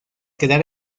quedar